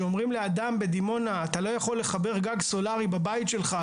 כאשר אומרים לאדם בדימונה אתה לא יכול לחבר גג סולארי בבית שלך,